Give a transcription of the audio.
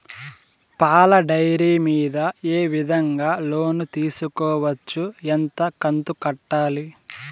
పాల డైరీ మీద ఏ విధంగా లోను తీసుకోవచ్చు? ఎంత కంతు కట్టాలి?